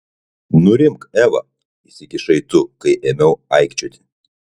nurimk eva įsikišai tu kai ėmiau aikčioti